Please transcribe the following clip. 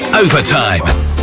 Overtime